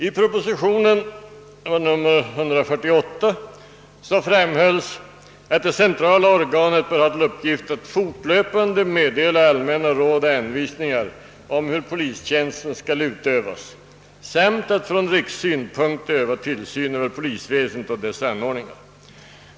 I proposition nr 178 framhölls att det centrala organet bör ha till uppgift att fortlöpande meddela allmänna råd och anvisningar om hur polisväsendet skall utövas och att från rikssynpunkter öva tillsyn över polisväsendet och dess anordningar.